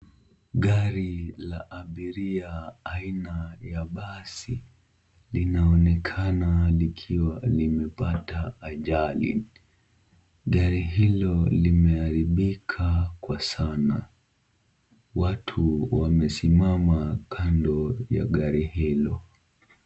Gari la abiria aina ya basi, linaonekana likiwa limepata ajali. Gari hilo limeharibika kwa sana. Watu wamesimama kando ya gari hilo.